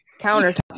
countertop